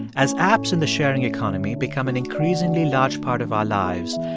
as apps in the sharing economy become an increasingly large part of our lives,